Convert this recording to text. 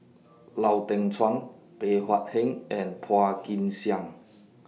Lau Teng Chuan Bey Hua Heng and Phua Kin Siang